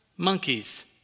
monkeys